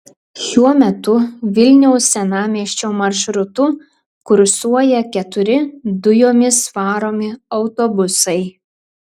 šiuo metu vilniaus senamiesčio maršrutu kursuoja keturi dujomis varomi autobusai